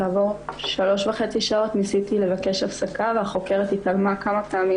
כעבור שלוש וחצי שעות ניסיתי לבקש הפסקה והחוקרת התעלמה כמה פעמים